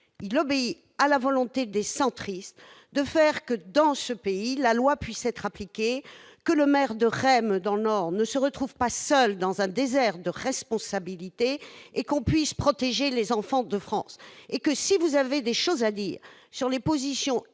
il répond à la volonté des centristes de faire en sorte que, dans notre pays, la loi puisse être appliquée, que le maire de Raismes, dans le Nord, ne se retrouve pas seul dans un désert de responsabilités et qu'on puisse protéger les enfants de France. Monsieur Assouline, si vous avez des choses à dire sur les positions